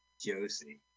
Josie